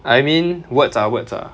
I mean words are words ah